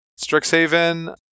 Strixhaven